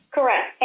Correct